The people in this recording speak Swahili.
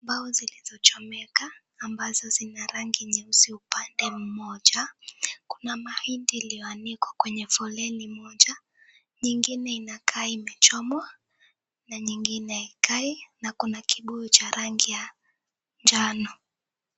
Mbao zilizochomeka ambazo zina rangi nyeusi upande mmoja. Kuna mahindi iliyoanikwa kwenye foleni moja, nyingine inakaa imechomwa na nyingine haikai, na kuna kibuyu cha rangi ya njano.